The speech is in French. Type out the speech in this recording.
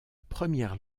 première